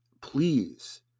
please